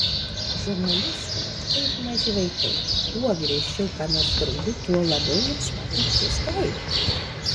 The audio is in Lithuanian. žurnalistai kaip maži vaikai kuo griežčiau ką nors draudi tuo labiau jiems maga krėsti eibes